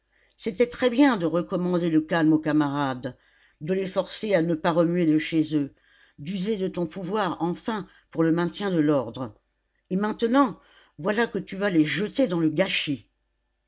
c'était très bien de recommander le calme aux camarades de les forcer à ne pas remuer de chez eux d'user de ton pouvoir enfin pour le maintien de l'ordre et maintenant voilà que tu vas les jeter dans le gâchis